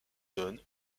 donne